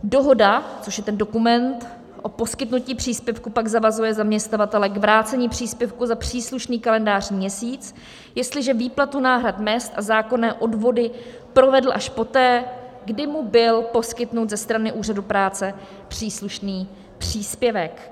Dohoda, což je dokument o poskytnutí příspěvku, pak zavazuje zaměstnavatele k vrácení příspěvku za příslušný kalendářní měsíc, jestliže výplatu náhrad mezd a zákonné odvody provedl až poté, kdy mu byl poskytnut ze strany úřadu práce příslušný příspěvek.